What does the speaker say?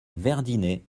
verdinet